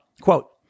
Quote